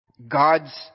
God's